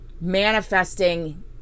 manifesting